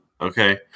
Okay